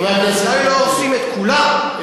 אולי לא הורסים את כולם,